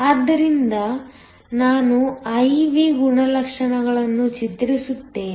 ಆದ್ದರಿಂದ ನಾನು I V ಗುಣಲಕ್ಷಣಗಳನ್ನು ಚಿತ್ರಿಸುತ್ತೇನೆ